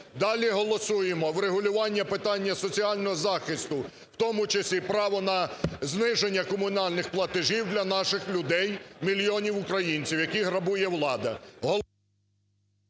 Далі голосуємо врегулювання питання соціального захисту, в тому числі право на зниження комунальних платежів для наших людей, мільйонів українців, яких грабує влада…